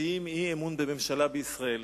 מציעים אי-אמון בממשלה בישראל,